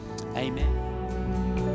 Amen